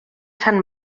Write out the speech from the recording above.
sant